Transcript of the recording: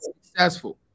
successful